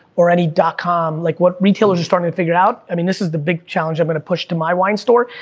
or any dot com, like what retailers are starting to figure out, i mean, this is the big challenge i'm gonna push to my wine store,